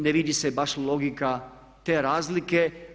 Ne vidi se baš logika te razlike.